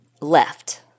left